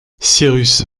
cyrus